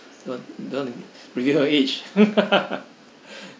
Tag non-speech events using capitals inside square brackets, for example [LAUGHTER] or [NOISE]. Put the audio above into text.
don't want don't want to reveal her age [LAUGHS]